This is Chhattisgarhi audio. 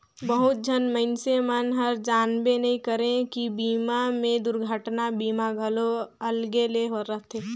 बहुत झन मइनसे मन हर जानबे नइ करे की बीमा मे दुरघटना बीमा घलो अलगे ले रथे